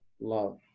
Love